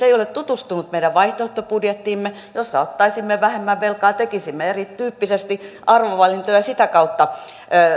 ei ole tutustunut meidän vaihtoehtobudjettiimme jossa ottaisimme vähemmän velkaa tekisimme erityyppisesti arvovalintoja ja sitä kautta